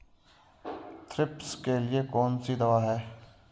Thrips के लिए कौन सी दवा है?